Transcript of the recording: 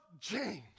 James